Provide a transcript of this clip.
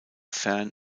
fern